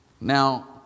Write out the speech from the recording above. now